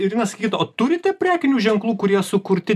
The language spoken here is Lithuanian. irena sakykit o turite prekinių ženklų kurie sukurti